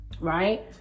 Right